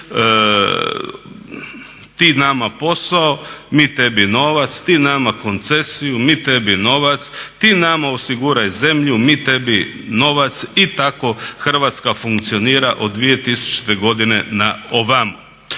Ti nama posao, mi tebi novac, ti nama koncesiju, mi tebi novac, ti nama osiguraj zemlju, mi tebi novac i tako Hrvatska funkcionira od 2000. godine na ovamo.